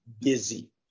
busy